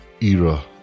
era